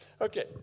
okay